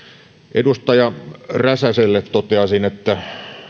edustaja räsäselle toteaisin että